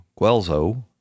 Guelzo